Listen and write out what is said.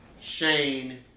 Shane